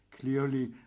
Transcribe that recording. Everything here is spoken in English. clearly